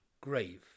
grave